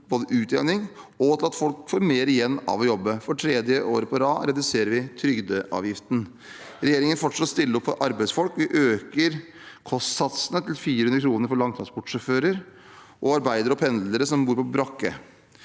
både utjamning og at folk får mer igjen av å jobbe. For tredje år på rad reduserer vi trygdeavgiften. Regjeringen vil fortsatt stille opp for arbeidsfolk. Vi øker kostsatsene til 400 kr for langtransportsjåfører og arbeidere og pendlere som bor på brakke.